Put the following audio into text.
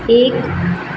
एक